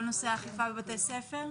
כל נושא האכיפה בבתי הספר,